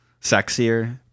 Sexier